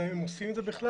האם הם עושים את זה בכלל,